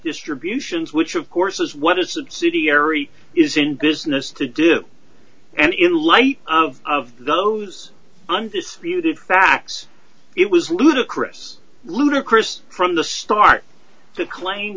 distributions which of course is what a subsidiary is in business to do and in light of those undisputed facts it was ludicrous ludicrous from the start to claim